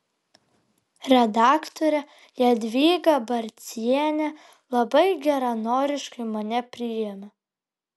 redaktorė jadvyga barcienė labai geranoriškai mane priėmė